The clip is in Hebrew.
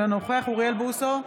אינו נוכח אוריאל בוסו,